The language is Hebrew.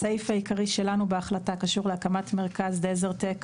הסעיף העיקרי שלנו בהחלטה קשור להקמת מרכז DeserTech,